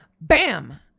bam